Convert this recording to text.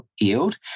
yield